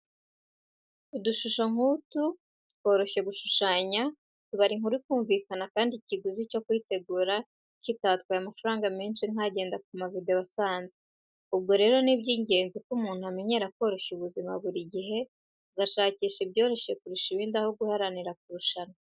Udushusho nk'utu tworoshye gushushanya, tubara inkuru ikumvikana kandi ikiguzi cyo kuyitegura kitatwaye amafaranga menshi nk'agenda ku mavidewo asanzwe, ubwo rero ni iby'ingenzi ko umuntu amenyera koroshya ubuzima, buri gihe agashakisha ibyoroshye kurusha ibindi, aho guharanira kurushanwa.